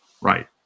Right